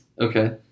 Okay